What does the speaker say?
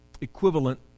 equivalent